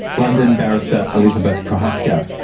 london barrister elizabeth prochaska.